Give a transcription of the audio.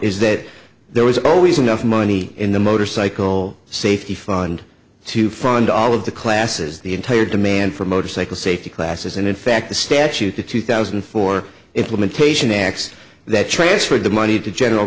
is that there was always enough money in the motorcycle safety fund to fund all of the classes the entire demand for motorcycle safety classes and in fact the statute the two thousand and four implementation acts that transferred the money to general